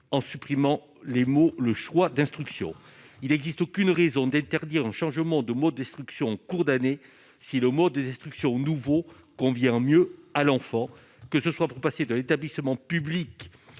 en supprimant les mots, le choix d'instruction il existe aucune raison d'interdire un changement de mode destruction en cours d'année si le mot de nouveau convient mieux à l'enfant, que ce soit pour passer de l'établissement public